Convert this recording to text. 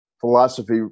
philosophy